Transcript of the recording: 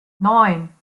neun